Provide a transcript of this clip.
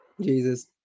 Jesus